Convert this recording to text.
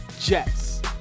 jets